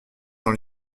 dans